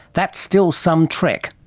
that's still some trek.